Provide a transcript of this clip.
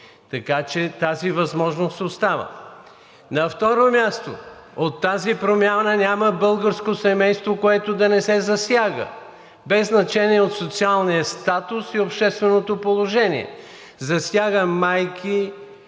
Така че тази възможност остава. На второ място, от тази промяна няма българско семейство, което да не се засяга, без значение от социалния статус и общественото положение. Засяга майки,